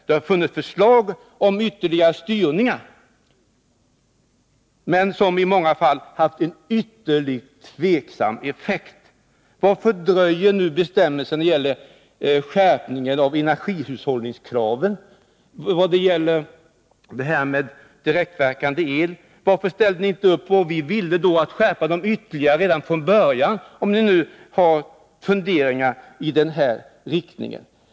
Det har funnits förslag om ytterligare styrningar, som dock i många fall haft en ytterligt tveksam effekt. Varför ställde ni inte upp redan från början när vi ville skärpa kraven ytterligare, om ni nu har funderingar i den riktningen?